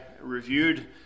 reviewed